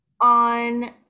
On